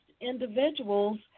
individuals